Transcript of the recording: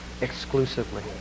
exclusively